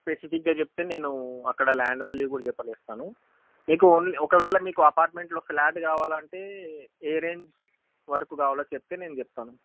స్పెసిఫిక్గా చెప్తే నేను అక్కడ ల్యాండ్ వ్యాల్యూ కూడా చెప్పలేస్తాను మీకు ఓన్లీ ఒకవేళ మీకు అపార్ట్మెంట్లో ఫ్లాట్ కావాలంటే ఏ రేంజ్ వరకు కావాలో చెప్తే నేను చెప్తాను